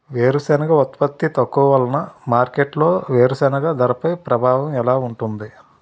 వేరుసెనగ ఉత్పత్తి తక్కువ వలన మార్కెట్లో వేరుసెనగ ధరపై ప్రభావం ఎలా ఉంటుంది?